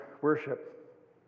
worship